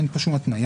אין פה שום התניה.